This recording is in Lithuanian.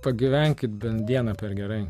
pagyvenkit bent dieną per gerai